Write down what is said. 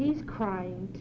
he's crying